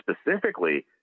specifically